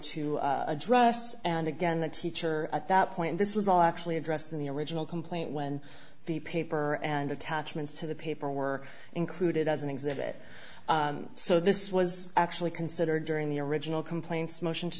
to address and again the teacher at that point this was all actually addressed in the original complaint when the paper and attachments to the paper were included as an exhibit so this was actually considered during the original complaints motion to